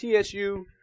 TSU